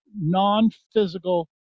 non-physical